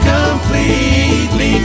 completely